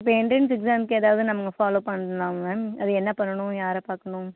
இப்போ எண்ட்ரன்ஸ் எக்ஸாம்க்கு ஏதாவது நம்ம ஃபாலோவ் பண்ணனுமா மேம் அது என்ன பண்ணனும் யாரை பார்க்கணும்